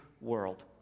world